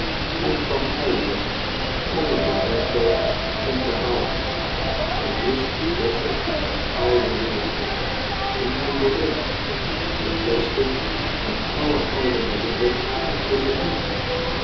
en van ijver om er een wedloop in te houden t is een beste oude wereld en mijn beroep het beste van alle oude beroepen is t niet